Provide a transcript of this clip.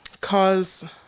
cause